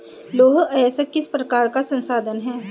लौह अयस्क किस प्रकार का संसाधन है?